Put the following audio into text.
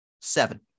Seven